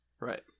Right